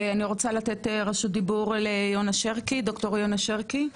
אני רוצה לתת רשות דיבור לד"ר יונה שרקי,